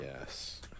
Yes